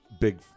big